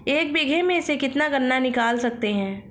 एक बीघे में से कितना गन्ना निकाल सकते हैं?